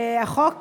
החוק